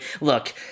Look